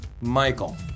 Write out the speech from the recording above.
Michael